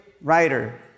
writer